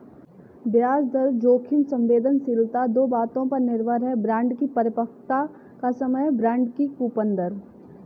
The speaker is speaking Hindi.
ब्याज दर जोखिम संवेदनशीलता दो बातों पर निर्भर है, बांड की परिपक्वता का समय, बांड की कूपन दर